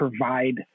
provide